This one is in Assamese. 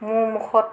মোৰ মুখত